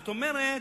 זאת אומרת,